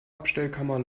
abstellkammer